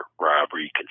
robbery